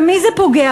במי זה פוגע?